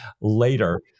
later